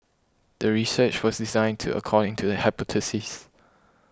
the research was designed to according to the hypothesis